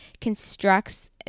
constructs